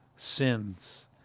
sins